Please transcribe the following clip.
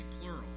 plural